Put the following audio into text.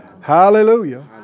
Hallelujah